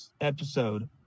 episode